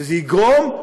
שזה יגרום,